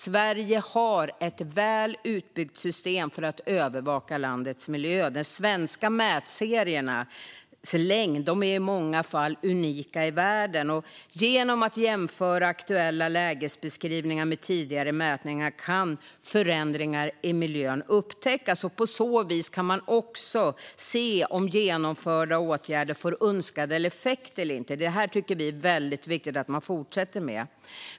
Sverige har ett väl utbyggt system för att övervaka landets miljö. De svenska mätseriernas längd är i många fall unika i världen. Genom att jämföra aktuella lägesbeskrivningar med tidigare mätningar kan förändringar i miljön upptäckas. På så vis kan man se om genomförda åtgärder får önskad effekt eller inte. Det tycker vi är viktigt att man fortsätter med.